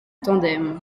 tandem